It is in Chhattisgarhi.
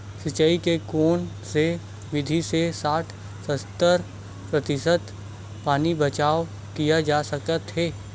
सिंचाई के कोन से विधि से साठ सत्तर प्रतिशत पानी बचाव किया जा सकत हे?